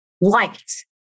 liked